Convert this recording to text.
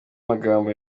magambo